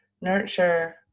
nurture